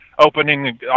Opening